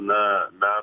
na mes